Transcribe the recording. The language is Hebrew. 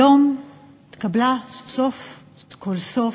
היום התקבלה, סוף-כל-סוף,